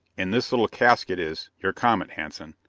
in this little casket is your comet, hanson.